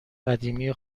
قدیمی